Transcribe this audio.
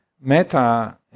metta